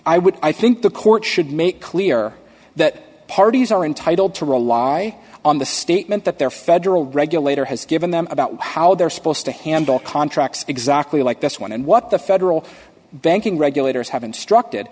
i would i think the court should make clear that parties are entitled to rely on the statement that their federal regulator has given them about how they're supposed to handle contracts exactly like this one and what the federal banking regulators have instructed